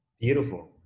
Beautiful